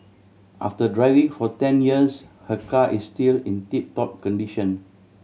after driving for ten years her car is still in tip top condition